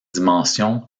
dimensions